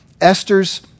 Esther's